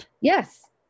Yes